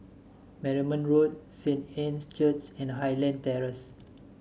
Marymount Road Saint Anne's Church and Highland Terrace